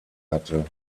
hatte